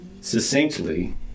succinctly